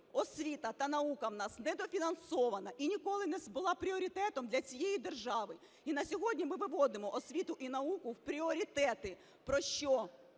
освіта та наука у нас недофінансована і ніколи не була пріоритетом для цієї держави. І на сьогодні ми виводимо освіту і науку в пріоритети, про що